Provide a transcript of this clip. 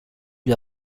due